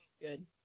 Good